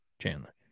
Chandler